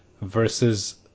versus